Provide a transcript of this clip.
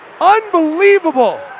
Unbelievable